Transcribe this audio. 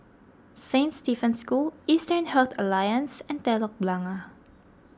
Saint Stephen's School Eastern Health Alliance and Telok Blangah